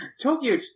Tokyo